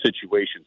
situations